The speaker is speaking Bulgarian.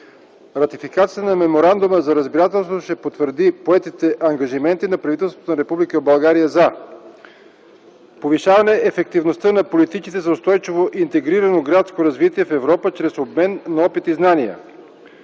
Ратификацията на Меморандума за разбирателство ще потвърди поетите ангажименти на правителството на Република България за: - повишаване ефективността на политиките за устойчиво интегрирано градско развитие в Европа чрез обмен на опит и знания;